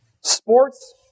Sports